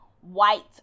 white